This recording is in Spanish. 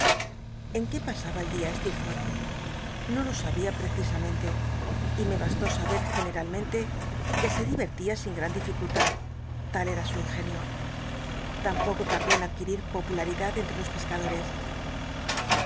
en qué pasaba el dia steerforth i o lo sabia precisamente y me bastó saber generalmente que se di ertia sin gran dificullad tal era su ingenio tampoco tal'dó en adquiri r popularidad enlle los pescadores